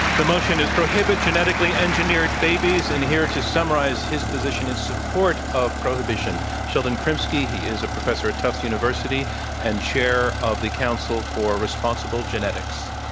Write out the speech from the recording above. the motion is, prohibit genetically engineered babies, and here to summarize his position in support of prohibition, sheldon krimsky. he is a professor at tufts university and chair of the council for responsible genetics.